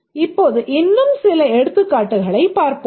இப்போது இன்னும் சில எடுத்துக்காட்டுகளைப் பார்ப்போம்